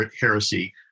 heresy